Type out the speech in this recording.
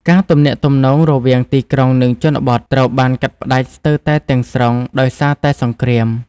ការទំនាក់ទំនងរវាងទីក្រុងនិងជនបទត្រូវបានកាត់ផ្តាច់ស្ទើរតែទាំងស្រុងដោយសារតែសង្គ្រាម។